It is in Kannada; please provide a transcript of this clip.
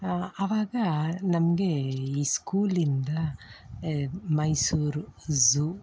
ಅವಾಗ ನಮಗೆ ಈ ಸ್ಕೂಲಿಂದ ಮೈಸೂರು ಝು